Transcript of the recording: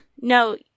no